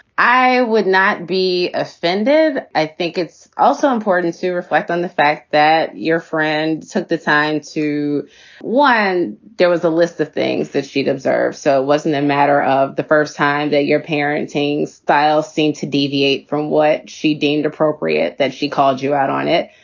i would not be offended. i it's also important to reflect on the fact that your friend took the time to one there was a list of things that she'd observe so it wasn't a matter of the first time that your parenting style seemed to deviate from what she deemed appropriate that she called you out on it,